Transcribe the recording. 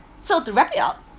so to wrap it up